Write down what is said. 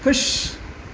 खु़शि